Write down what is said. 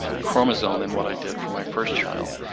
chromosome than what i did for my first child.